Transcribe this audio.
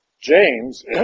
James